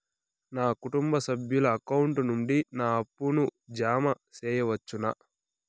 నా కుటుంబ సభ్యుల అకౌంట్ నుండి నా అప్పును జామ సెయవచ్చునా?